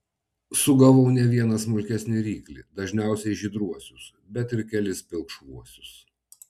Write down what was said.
sugavau ne vieną smulkesnį ryklį dažniausiai žydruosius bet ir kelis pilkšvuosius